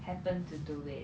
happen to do it